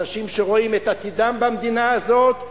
אנשים שרואים את עתידם במדינה הזאת,